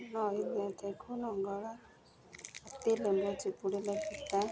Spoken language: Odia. ନଈ ନଦେଖୁ ନଙ୍ଗଳା ଅତି ଲେମ୍ବୁ ଚିପୁଡ଼ିଲେ ପିତା